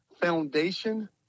Foundation